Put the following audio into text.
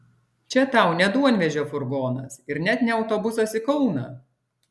čia tau ne duonvežio furgonas ir net ne autobusas į kauną